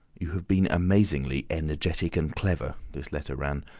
you have been amazingly energetic and clever, this letter ran,